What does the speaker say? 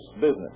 business